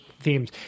themes